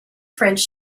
french